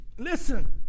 Listen